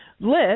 List